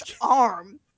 arm